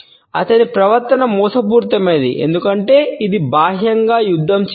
అతని ప్రవర్తన మోసపూరితమైనది ఎందుకంటే ఇది బాహ్యంగా యుద్ధం చేయదు